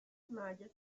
mayas